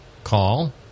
call